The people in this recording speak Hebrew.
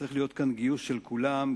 צריך להיות כאן גיוס של כולם,